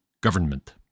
government